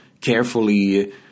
carefully